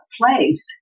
place